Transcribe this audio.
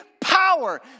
power